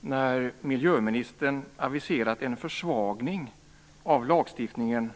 när miljöministern har aviserat en försvagning av lagstiftningen.